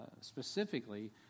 specifically